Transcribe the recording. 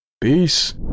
peace